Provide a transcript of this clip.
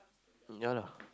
yeah lah